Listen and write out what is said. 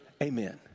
Amen